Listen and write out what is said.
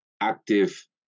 active